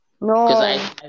No